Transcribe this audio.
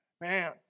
Man